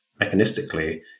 mechanistically